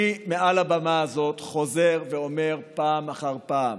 מעל הבמה הזאת אני חוזר ואומר פעם אחר פעם: